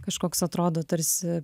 kažkoks atrodo tarsi